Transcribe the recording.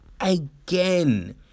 again